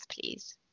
please